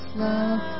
love